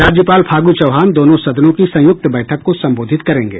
राज्यपाल फागू चौहान दोनों सदनों की संयुक्त बैठक को संबोधित करेंगे